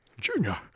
Junior